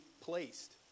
placed